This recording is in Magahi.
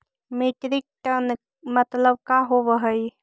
मीट्रिक टन मतलब का होव हइ?